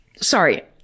Sorry